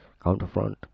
counterfront